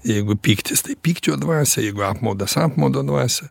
jeigu pyktis tai pykčio dvasią jeigu apmaudas apmaudo dvasią